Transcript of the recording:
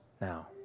now